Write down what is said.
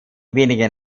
wenigen